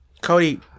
Cody